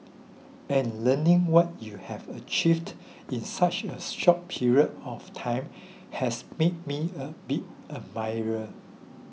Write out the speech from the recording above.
and learning what you have achieved in such a short period of time has made me a big admirer